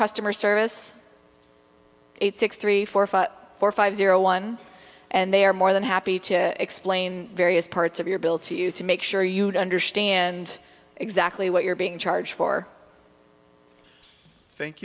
customer service eight six three four five four five zero one and they are more than happy to explain various parts of your bill to you to make sure you understand exactly what you're being charged for thank